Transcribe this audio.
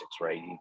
right